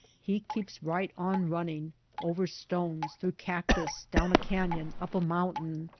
he keeps right on running over stones, through cactus, down a canyon, up a mountain.